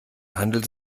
handelt